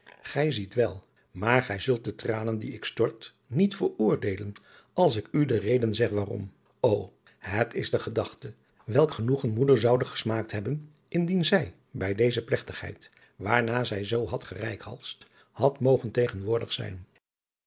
gij ziet wel maar gij zult de tranen die ik stort niet veroordeelen als ik u de reden zeg waarom ô het is de gedachte welk genoegen moeder zoude gesmaakt hebben indien zij bij deze plegtigheid waarna zij zoo had gereikhalsd had mogen tegenwoordig zijn